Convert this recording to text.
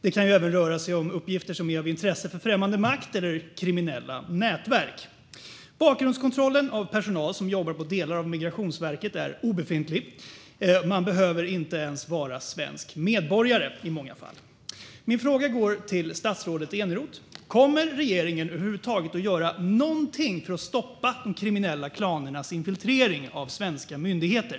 Det kan även röra sig om uppgifter som är av intresse för främmande makt eller kriminella nätverk. Inom delar av Migrationsverket är bakgrundskontrollen av personalen obefintlig. I många fall behöver man inte ens vara svensk medborgare. Min fråga går till statsrådet Eneroth: Kommer regeringen över huvud taget att göra något för att stoppa de kriminella klanernas infiltrering av svenska myndigheter?